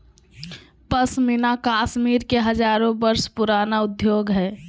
पश्मीना कश्मीर के हजारो वर्ष पुराण उद्योग हइ